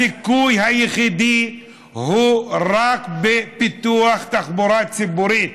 הסיכוי היחידי הוא רק בפיתוח תחבורה ציבורית.